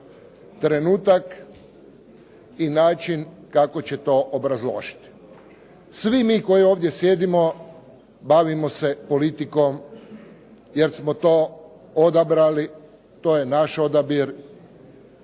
trenutak i način kako će to obrazložiti. Svi mi koji ovdje sjedimo bavimo se politikom jer smo to odabrali, to je naš odabir.